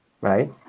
Right